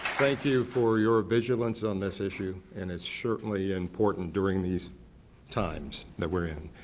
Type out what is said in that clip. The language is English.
thank you for your vigilance on this issue and it's certainly important during these times that we're in.